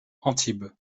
antibes